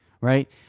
right